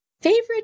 Favorite